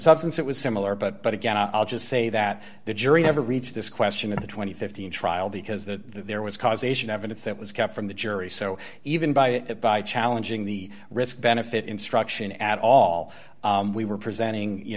substance it was similar but but again i'll just say that the jury never reached this question in the two thousand and fifteen trial because that there was causation evidence that was kept from the jury so even by the by challenging the risk benefit instruction at all we were presenting you